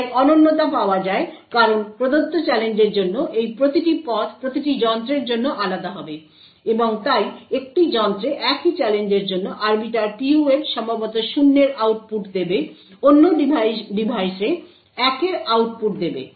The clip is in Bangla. তাই অনন্যতা পাওয়া যায় কারণ প্রদত্ত চ্যালেঞ্জের জন্য এই প্রতিটি পথ প্রতিটি যন্ত্রের জন্য আলাদা হবে এবং তাই একটি যন্ত্রে একই চ্যালেঞ্জের জন্য Arbiter PUF সম্ভবত 0 এর আউটপুট দেবে অন্য ডিভাইসে 1 এর আউটপুট দেবে